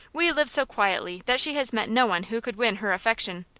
we live so quietly that she has met no one who could win her affection.